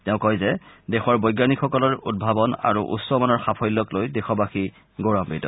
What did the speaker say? তেওঁ কয় যে দেশৰ বৈজ্ঞানিকসকলৰ উদ্ভাৱন আৰু উচ্চমানৰ সফল্যক লৈ দেশবাসী গৌৰৱান্বিত